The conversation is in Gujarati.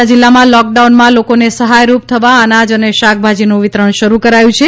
નર્મદા જિલ્લામા લોંકડાઉનમાં લોકોને સહાયરૂપ થવા અનાજ અને શાકભાજીનું વિતરણ શરૂ કરાયું છે